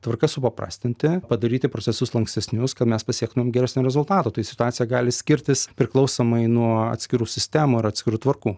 tvarkas supaprastinti padaryti procesus lankstesnius kad mes pasiektumėm geresnio rezultato tai situacija gali skirtis priklausomai nuo atskirų sistemų ar atskirų tvarkų